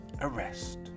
arrest